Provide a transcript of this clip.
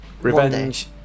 revenge